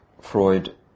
Freud